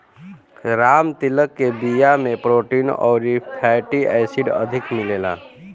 राम तिल के बिया में प्रोटीन अउरी फैटी एसिड अधिका मिलेला